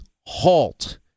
halt